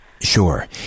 Sure